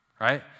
right